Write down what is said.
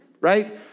right